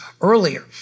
earlier